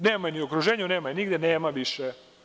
Nema je ni u okruženju, nema je nigde, nema više.